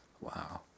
wow